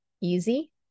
easy